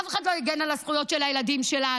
אף אחד לא הגן על הזכויות של הילדים שלנו,